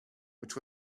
which